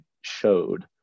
showed